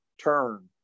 turn